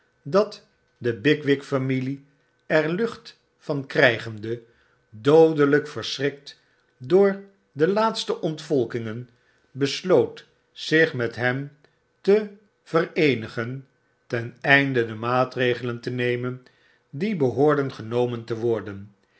dat de bigwig familie er lucht van krygende doodelyk verschrikt door de laatste ontvolkingen besloot zich met hem te vereenigen ten einde de maatregelen te nemen die behoorden genomen te worden